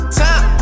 time